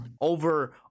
Over